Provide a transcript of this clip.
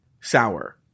sour